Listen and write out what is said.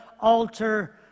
altar